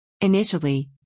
Initially